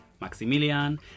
Maximilian